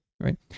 right